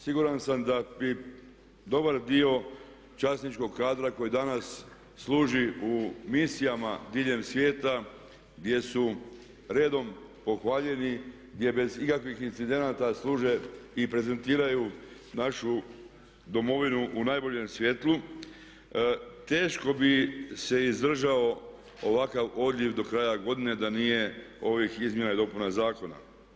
Siguran sam da bi dobar dio časničkog kadra koji danas služi u misijama diljem svijeta gdje su redom pohvaljeni, gdje bez ikakvih incidenata služe i prezentiraju našu Domovinu u najboljem svjetlu teško bi se izdržao ovakav odliv do kraja godine da nije ovih izmjena i dopuna Zakona.